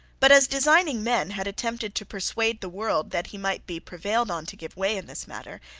but, as designing men had attempted to persuade the world that he might be prevailed on to give way in this matter,